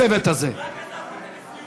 אז אני אומר לך: אתה יודע מה?